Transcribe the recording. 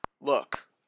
Look